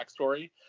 backstory